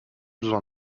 besoin